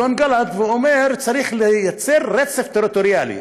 ואומר: צריך לייצר רצף טריטוריאלי